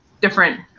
different